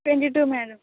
twenty two madam